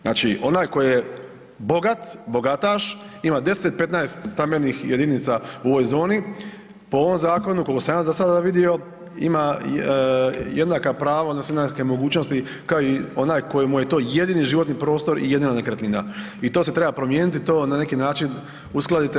Znači onaj koji je bogat, bogataš ima deset, petnaest stambenih jedinica u ovoj zoni, po ovom zakonu koliko sam ja za sada vidio ima jednaka prava odnosno jednake mogućnosti kao i onaj koji mu je to jedini životni prostor i jedina nekretnina i to se treba promijeniti i to na neki način uskladite.